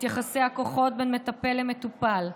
את יחסי הכוחות בין מטפל למטופל,